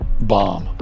bomb